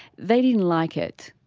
they didn't like it.